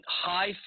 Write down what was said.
High